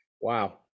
Wow